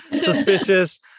suspicious